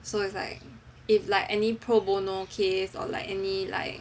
so it's like if like any pro bono case or like any like